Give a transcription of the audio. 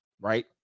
right